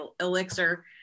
elixir